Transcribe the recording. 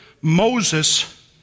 Moses